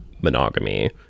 monogamy